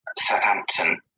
Southampton